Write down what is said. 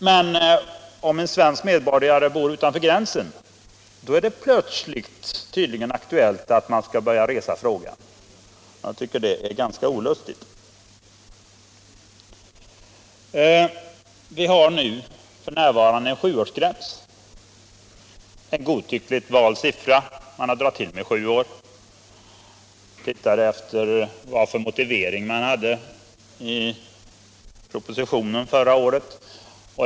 Men om en svensk medborgare bor utanför Sveriges gränser, då är det tydligen plötsligt aktuellt att man skall behöva resa frågan. Jag tycker det är ganska olustigt. Vi har f.n. en sjuårsgräns, en godtyckligt vald gräns. Jag har tittat efter vad man hade för motivering i propositionen förra året.